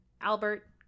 Albert